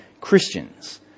Christians